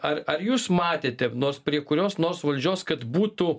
ar ar jūs matėte nors prie kurios nors valdžios kad būtų